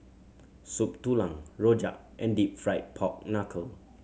Soup Tulang rojak and Deep Fried Pork Knuckle